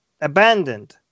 abandoned